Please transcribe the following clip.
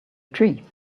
tree